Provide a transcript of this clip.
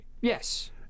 Yes